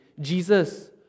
Jesus